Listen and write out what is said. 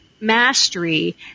mastery